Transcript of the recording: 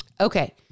Okay